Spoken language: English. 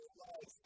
life